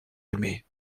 aimé